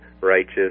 righteous